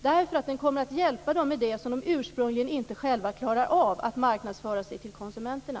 Den kommer nämligen att hjälpa dem med det som de själva ursprungligen inte har klarat av, nämligen att marknadsföra sig hos konsumenterna.